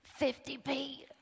50p